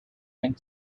and